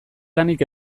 lanik